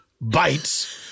Bites